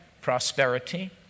prosperity